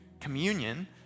communion